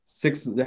Six